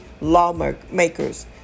lawmakers